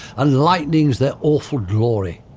and lightning as their awful glory.